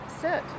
sit